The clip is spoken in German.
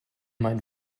mein